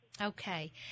Okay